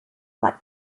like